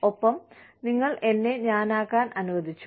ഒപ്പം നിങ്ങൾ എന്നെ ഞാനാകാൻ അനുവദിച്ചു